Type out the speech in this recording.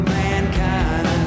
mankind